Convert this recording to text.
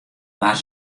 waard